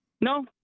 No